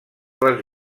les